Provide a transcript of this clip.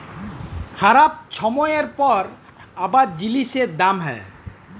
খারাপ ছময়ের পর আবার জিলিসের দাম হ্যয়